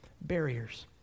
barriers